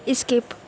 skip